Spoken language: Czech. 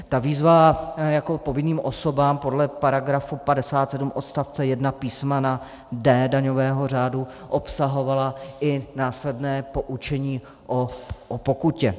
Ta výzva jako povinným osobám podle § 57 odst. 1 písm. d) daňového řádu obsahovala i následné poučení o pokutě.